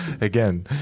Again